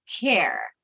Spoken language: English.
care